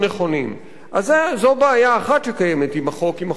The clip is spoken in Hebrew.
זו בעיה אחת שקיימת עם החוק הבסיסי הזה,